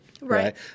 Right